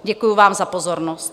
Děkuji vám za pozornost.